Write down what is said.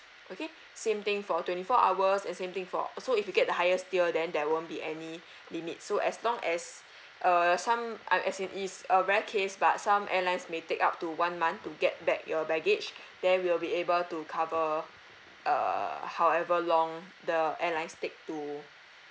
okay same thing for twenty four hours and same thing for so if you get the highest tier then there won't be any limit so as long as uh some I'm as in it's a rare case but some airlines may take up to one month to get back your baggage then we will be able to cover uh however long the airlines take to